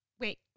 Wait